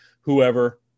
whoever